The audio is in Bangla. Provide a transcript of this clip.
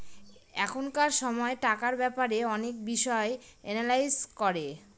এখনকার সময় টাকার ব্যাপারে অনেক বিষয় এনালাইজ করে